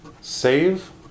Save